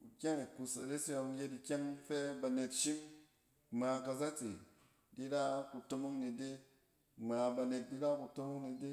kukyang kus ares e yↄng yet ikyɛng fɛ ba net shim ngma kazatse di ra kutomong ni de. Ngma banet di ra kutomong ni de.